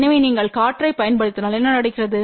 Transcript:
எனவே நீங்கள் காற்றைப் பயன்படுத்தினால் என்ன நடக்கிறது